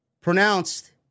pronounced